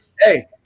Hey